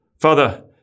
Father